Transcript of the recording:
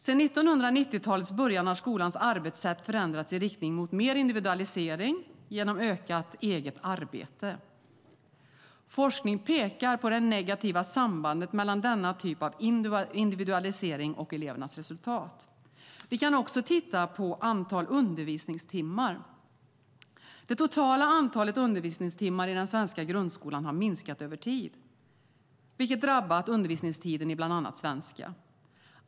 Sedan 1990-talets början har skolans arbetssätt förändrats i riktning mot mer individualisering genom ökat eget arbete. Forskning pekar på det negativa sambandet mellan denna typ av individualisering och elevernas resultat. Vi kan också titta på antalet undervisningstimmar. Det totala antalet undervisningstimmar i den svenska grundskolan har minskat över tid, vilket drabbat undervisningstiden i bland annat svenska.